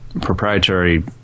proprietary